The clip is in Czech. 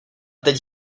teď